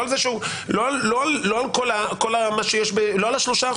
לא על ה-3%.